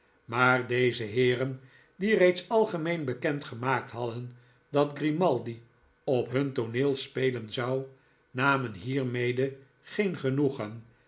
maar deze heeren die reeds algemeen bekend gemaakt hadden dat grimalili op hun tooneel spelen zou namen hiermede geen genoegen